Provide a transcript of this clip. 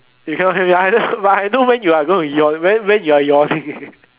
you cannot hear me I know but I know when you are going to yawn when when you are yawning eh